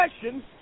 question